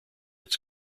its